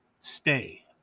Stay